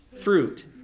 fruit